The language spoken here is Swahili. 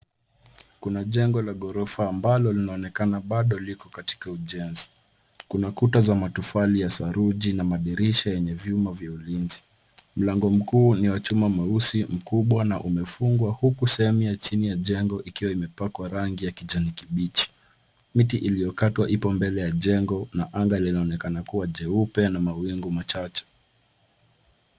Kuna jengo la ghorofa ambalo linaonekana bado liko katika ujenzi. Kuna kuta za matofali ya saruji na madirisha yenye vyuma vya ulinzi. Mlango mkuu ni wa chuma mweusi mkubwa na umefungwa huku sehemu ya chini ya jengo ikiwa imepakwa rangi ya kijani kibichi. Miti iliyokatwa ipo mbele ya jengo na anga linaonekana kuwa jeupe na mawingu machache.